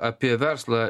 apie verslą